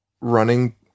running